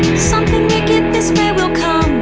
something wicked this way will come.